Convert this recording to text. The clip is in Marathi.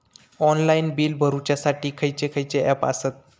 ऑनलाइन बिल भरुच्यासाठी खयचे खयचे ऍप आसत?